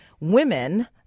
women